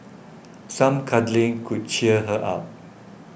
some cuddling could cheer her up